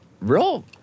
real